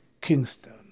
Kingston